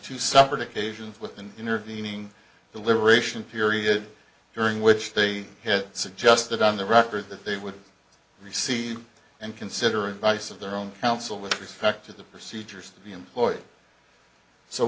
two separate occasions with an intervening deliberation period during which they had suggested on the record that they would receive and considering advice of their own counsel with respect to the procedures to be employed so